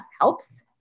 helps